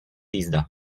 jízda